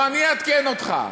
בוא, אני אעדכן אותך.